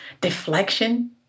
deflection